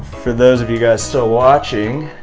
for those of you guys still watching,